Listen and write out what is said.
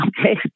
okay